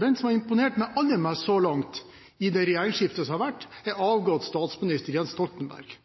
Den som har imponert meg aller mest så langt i det regjeringsskiftet som har vært, er den avgåtte statsminister Jens Stoltenberg.